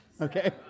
okay